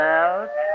out